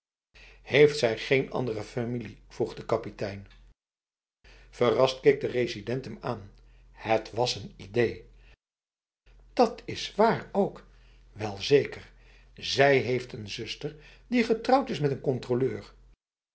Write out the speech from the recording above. heeft zij geen andere familie vroeg de kapitein verrast keek de resident hem aan het was een idee dat is waar ook welzeker zij heeft een zuster die getrouwd is met een controleur